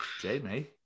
Jamie